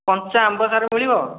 କଞ୍ଚା ଆମ୍ବ ସାର୍ ମିଳିବ